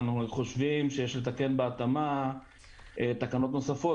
אנו חושבים שיש תקן בהתאמה תקנות נוספות,